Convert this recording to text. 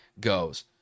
goes